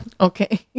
okay